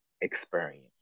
experience